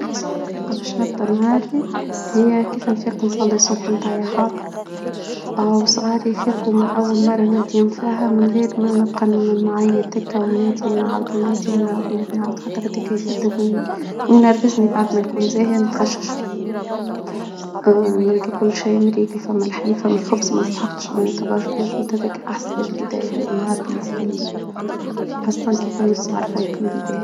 احسن طريقة باش نبدا معلي هي كيف نفيق نصلي الصبح بتاع حاضر. اه وصغارى يفيقو من اول مرة نادين فيها من غير ما نبقى نعيط تكا ونادي ونعاودو نادى ونعاود نجي وينرفزنى بعدما نكون جاية نتخشش. اه نلجى كل شئ مريجى فمالحديث فمالخبز مسحقش معناه برشا احسن بداية للنهار بالنسبه لى وخاصه لما يكون الصغار فايقين فى البيت.